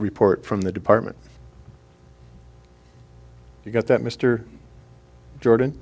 report from the department you got that mr jordan